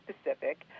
specific